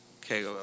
Okay